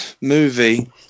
movie